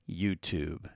YouTube